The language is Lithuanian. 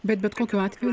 bet bet kokiu atveju